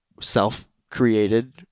self-created